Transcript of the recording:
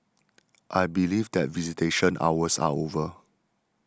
I believe that visitation hours are over